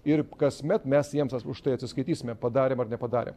ir kasmet mes jiems už tai atsiskaitysime padarėm ar nepadarėm